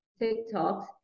TikToks